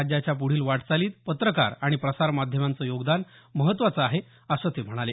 राज्याच्या पूढील वाटचालीत पत्रकार आणि प्रसार माध्यमांचं योगदान महत्त्वाचं आहे असं ते म्हणाले